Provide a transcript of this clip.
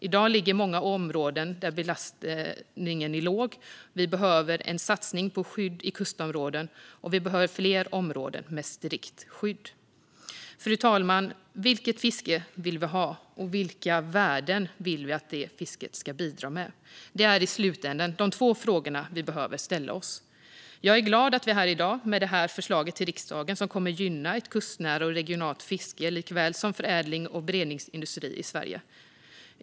I dag ligger många där belastningen är låg. Vi behöver en satsning på skydd i kustområden, och vi behöver fler områden med strikt skydd. Fru talman! Vilket fiske vill vi ha? Och vilka värden vill vi att det fisket ska bidra med? Det är i slutänden de två frågor som vi behöver ställa oss. Jag är glad att vi är här i dag, med det här förslaget till riksdagen som kommer att gynna ett kustnära och regionalt fiske liksom förädling och beredningsindustri i Sverige.